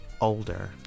older